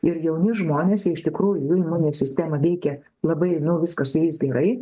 ir jauni žmonės jie iš tikrųjų jų imuninė sistema veikia labai nu viskas su jais gerai